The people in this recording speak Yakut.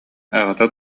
аҕата